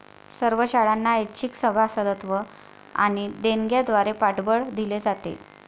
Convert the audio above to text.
सर्व शाळांना ऐच्छिक सभासदत्व आणि देणग्यांद्वारे पाठबळ दिले जाते